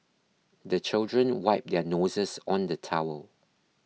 the children wipe their noses on the towel